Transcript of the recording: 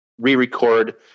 re-record